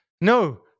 no